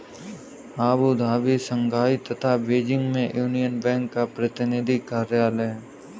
Abu Dhabi, Shanghai तथा Beijing में Union Bank का प्रतिनिधि कार्यालय है?